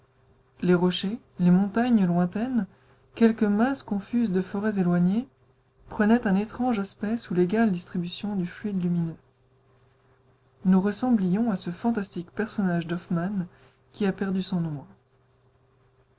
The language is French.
les rochers les montagnes lointaines quelques masses confuses de forêts éloignées prenaient un étrange aspect sous l'égale distribution du fluide lumineux nous ressemblions à ce fantastique personnage d'hoffmann qui a perdu son ombre